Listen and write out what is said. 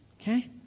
okay